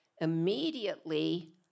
immediately